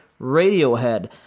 Radiohead